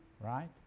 right